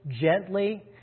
gently